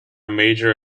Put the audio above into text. major